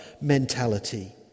mentality